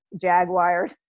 jaguars